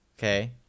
okay